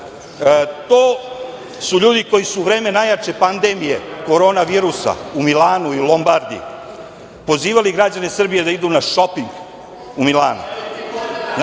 To su ljudi koji su u vreme najjače pandemije korona virusa u Milanu i Lombardi pozivali građane Srbije da idu na šoping u Milano!